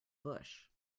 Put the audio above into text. bush